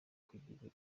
kugira